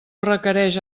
requereix